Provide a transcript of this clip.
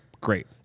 great